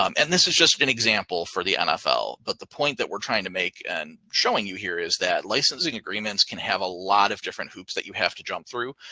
um and this is just an example for the nfl. but the point that we're trying to make and showing you here is that licensing agreements can have a lot of different hoops that you have to jump through.